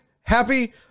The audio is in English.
Happy